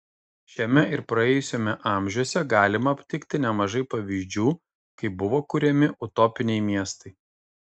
šiame ir praėjusiame amžiuose galima aptikti nemažai pavyzdžių kai buvo kuriami utopiniai miestai